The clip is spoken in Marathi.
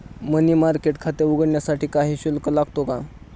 मनी मार्केट खाते उघडण्यासाठी काही शुल्क लागतो का?